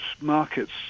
markets